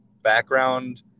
background